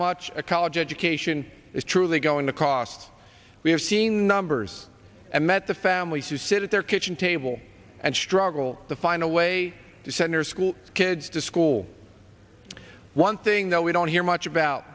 much a college education is truly going to cost we're seeing numbers and met the families who sit at their kitchen table and struggle to find a way to center school kids to school one thing that we don't hear much about